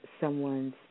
someone's